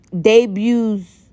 debuts